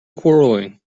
quarrelling